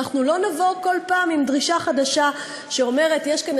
שאנחנו לא נבוא כל פעם עם דרישה חדשה שאומרת: יש כאן